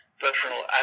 personal